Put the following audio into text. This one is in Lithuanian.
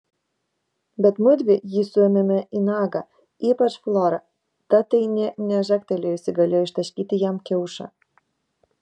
bet mudvi jį suėmėme į nagą ypač flora ta tai nė nežagtelėjusi galėjo ištaškyti jam kiaušą